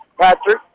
Patrick